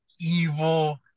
evil